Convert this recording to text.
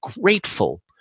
grateful